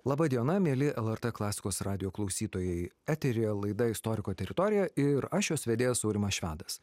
laba diena mieli lrt klasikos radijo klausytojai eteryje laida istoriko teritorija ir aš jos vedėjas aurimas švedas